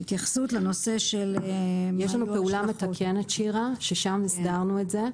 התייחסות לנושא של --- יש לנו פעולה מתקנת שם הסדרנו את זה.